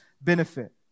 benefit